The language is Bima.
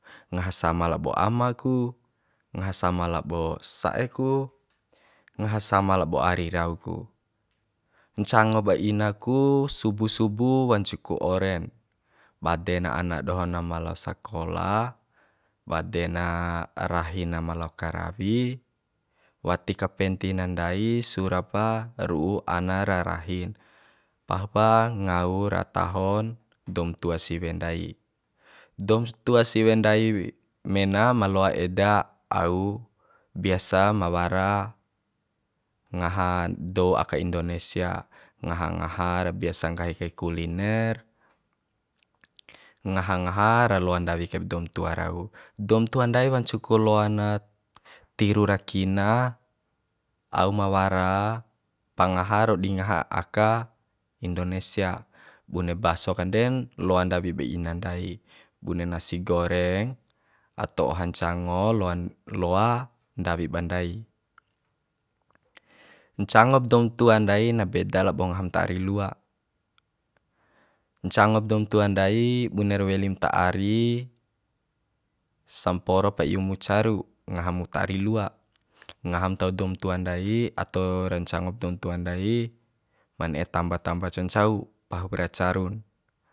Ngaha sama labo ama ku ngaha sama labo sa'e ku ngaha sama labo ari rau ku ncango ba ina ku subuh subu wancu ku oren bade na ana doho na malao sakola bade na rahi na malao karawi wati kapenti na ndai sura pa ru'u ana ra rahin pahup ra ngau ra tahon doum tua siwe ndai doum tua siwe ndai mena ma loa eda au biasa ma wara ngaha dou aka indonesia ngaha ngaha ra biasa nggahi kai kuliner ngaha ngaha ra loa ndawi kaib doum tua rau doum tua ndai wancu ku loa na tiru ra kina au ma wara pangaha ro dingaha aka indonesia bune baso kanden loa ndawib ina ndai bune nasi goreng atau oha ncango loan loa ndawi ba ndai ncangop doum tua ndai na beda labo ngaham ta ari lua ncangob doum tua ndai buner welim ta ari samporop iu mu caru ngahamu ta ari lua ngaham ntau doum tua ndai atau ra ncangop doum tua ndai ma ne'e tamba tamba cancau pahup ra carun